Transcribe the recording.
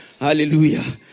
Hallelujah